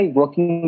working